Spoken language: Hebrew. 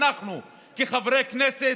אנחנו כחברי הכנסת,